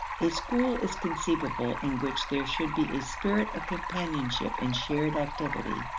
a school is conceivable in which there should be a spirit of companionship and shared activity,